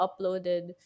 uploaded